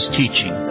teaching